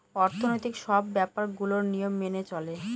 অর্থনৈতিক সব ব্যাপার গুলোর নিয়ম মেনে চলে